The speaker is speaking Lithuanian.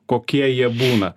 kokie jie būna